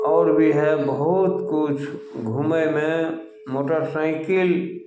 आओर भी हइ बहुत किछु घुमयमे मोटरसाइकिल